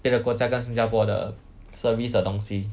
别的国家跟新加坡的 service 的东西